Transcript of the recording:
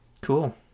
cool